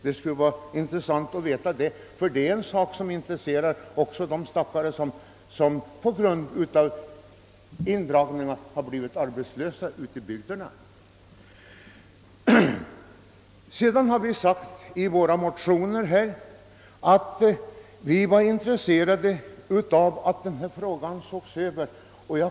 Detta är en sak som intresserar också dem som på grund av indragningarna blivit arbetslösa ute i bygderna. Vi har i våra motioner framhållit att denna fråga borde ses över.